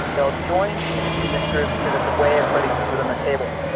they will join these extremist groups because it's a way of putting food on the table.